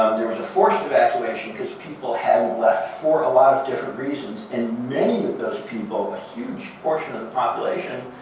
there was a fourth evacuation because people hadn't left for a lot of different reasons. and many of those people, a huge portion of the population,